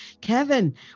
Kevin